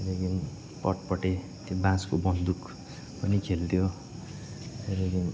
त्यहाँदेखि पटपटे त्यो बाँसको बन्दुक पनि खेल्थ्यो अरु गेम